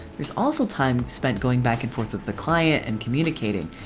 there's also time spent going back and forth with the client and communicating.